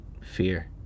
fear